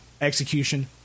Execution